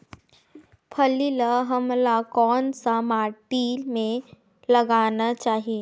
फल्ली ल हमला कौन सा माटी मे लगाना चाही?